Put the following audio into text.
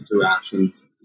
interactions